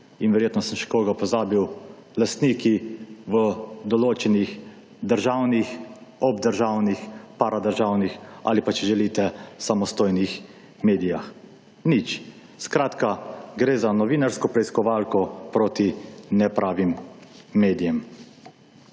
in verjetno sem še koga pozabil, lastniki v določenih državnih, ob državnih, paradržavnih ali pa, če želite, samostojnim medijih. Nič. Skratka, gre za novinarsko preiskovalko proti nepravim medijem.